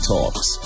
Talks